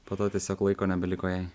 po to tiesiog laiko nebeliko jai